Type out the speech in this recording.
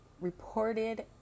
reported